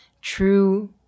true